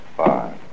five